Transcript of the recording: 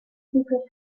secret